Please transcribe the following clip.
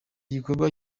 gikorwa